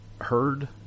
heard